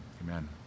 amen